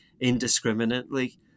indiscriminately